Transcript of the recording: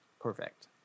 perfect